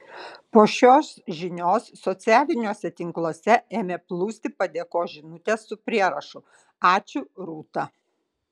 po šios žinios socialiniuose tinkluose ėmė plūsti padėkos žinutės su prierašu ačiū rūta